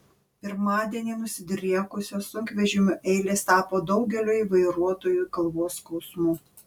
pirmadienį nusidriekusios sunkvežimių eilės tapo daugelio vairuotojų galvos skausmu